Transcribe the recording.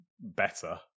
better